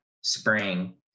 spring